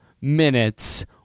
minutes